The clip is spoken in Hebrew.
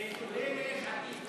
ותודה ליש עתיד.